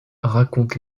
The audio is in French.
raconte